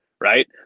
right